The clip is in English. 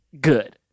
good